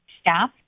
staff